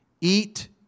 eat